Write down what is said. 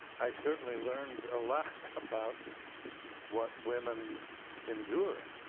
i certainly learned a lot about what women endure.